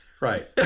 right